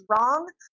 wrong